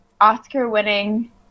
oscar-winning